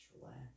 relax